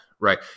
Right